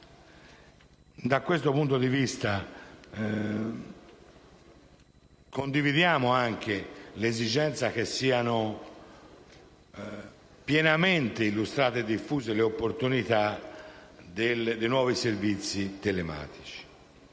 Da questo punto di vista condividiamo anche l'esigenza che siano pienamente illustrate e diffuse le opportunità dei nuovi servizi telematici.